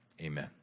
Amen